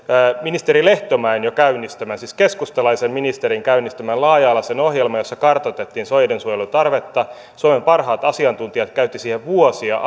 ministeri lehtomäen käynnistämän siis keskustalaisen ministerin käynnistämän laaja alaisen ohjelman jossa kartoitettiin soidensuojelun tarvetta suomen parhaat asiantuntijat käyttivät siihen vuosia